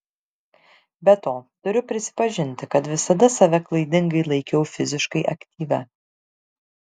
be to turiu prisipažinti kad visada save klaidingai laikiau fiziškai aktyvia